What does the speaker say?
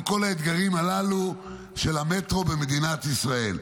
כל האתגרים הללו של המטרו במדינת ישראל.